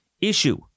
issue